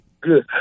Good